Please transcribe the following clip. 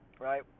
right